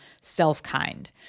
self-kind